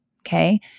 Okay